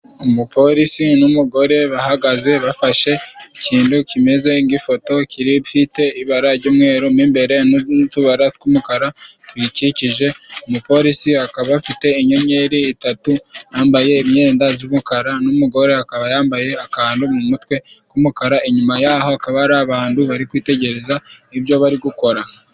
Umupolisi n'umugore bahagaze bafashe ikindu kimeze ng'ifoto kiri ifite ibara jy'umweru mo imbere n'utubara tw'umukara tuyikikije, umupolisi akaba afite inyenyeri itatu ,yambaye imyenda z'umukara n'umugore akaba yambaye akandu mu mutwe k'umukara, inyuma yaho akaba ari abandu bari kwitegereza ibyo bari gukora.